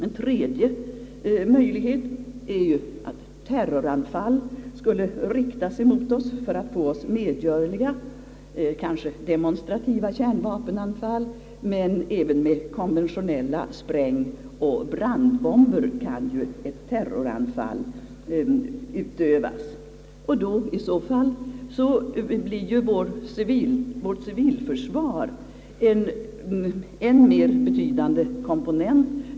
En tredje möjlighet är att terroranfall skulle riktas emot oss för att få oss medgörliga, kanske demonstrativa kärnvapenanfall, men även med konventionella sprängoch brandbomber kan ju ett terroranfall utövas. Inför ett sådant fall blir ju vårt civilförsvar en mer betydande komponent.